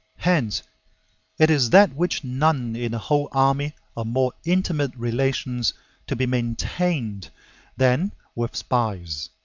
hence it is that which none in the whole army are more intimate relations to be maintained than with spies.